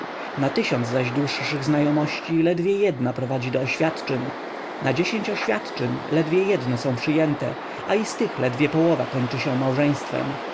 na tysiąc zaś dłuższych znajomości ledwie jedna prowadzi do oświadczyn na dziesięć oświadczyn ledwie jedne są przyjęte a i z tych ledwie połowa kończy się małżeństwem